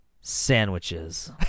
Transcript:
Sandwiches